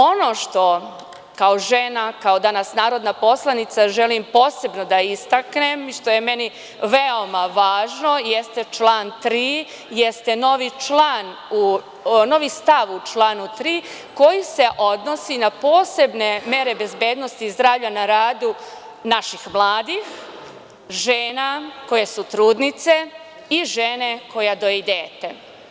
Ono što kao žena, kao danas narodna poslanica, želim posebno da istaknem i što je meni veoma važno, jeste član 3. jeste novi stav u članu 3. koji se odnosi na posebne mere bezbednosti zdravlja na radu naših mladih žena koje su trudnice i žene koja doji dete.